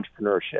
entrepreneurship